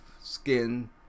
skin